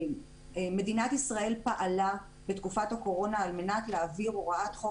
מדינת ישראל פעלה בתקופת הקורונה על מנת להעביר הוראת חוק